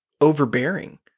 overbearing